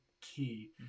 key